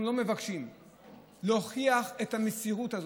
אנחנו לא מבקשים להוכיח את המסירות הזאת,